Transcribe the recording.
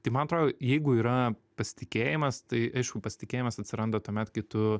tai man atrodo jeigu yra pasitikėjimas tai aišku pasitikėjimas atsiranda tuomet kai tu